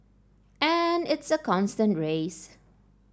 and it's a constant race